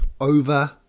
over